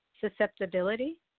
susceptibility